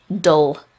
dull